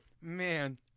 man